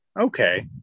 Okay